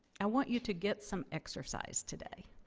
i want you to get some exercise today.